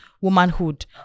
Womanhood